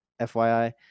FYI